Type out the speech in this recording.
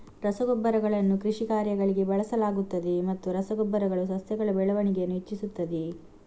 ರಸಗೊಬ್ಬರಗಳನ್ನು ಕೃಷಿ ಕಾರ್ಯಗಳಿಗೆ ಬಳಸಲಾಗುತ್ತದೆಯೇ ಮತ್ತು ರಸ ಗೊಬ್ಬರಗಳು ಸಸ್ಯಗಳ ಬೆಳವಣಿಗೆಯನ್ನು ಹೆಚ್ಚಿಸುತ್ತದೆಯೇ?